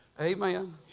Amen